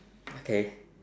okay